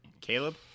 Caleb